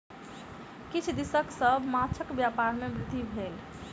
किछ दशक सॅ माँछक व्यापार में वृद्धि भेल